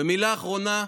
ומילה אחרונה.